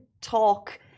talk